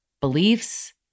beliefs